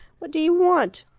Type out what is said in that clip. what do you want?